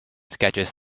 sketches